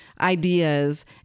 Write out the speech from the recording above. Ideas